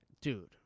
dude